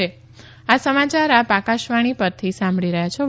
corona appeal આ સમાચાર આપ આકાશવાણી પરથી સાંભળી રહ્યા છો